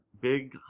big